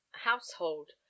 household